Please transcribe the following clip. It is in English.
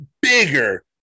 bigger